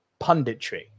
punditry